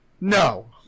No